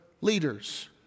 leaders